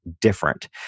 different